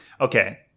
Okay